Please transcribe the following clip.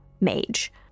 mage